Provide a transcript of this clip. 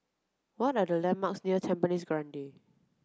what are the landmarks near Tampines Grande